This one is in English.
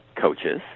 coaches